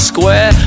Square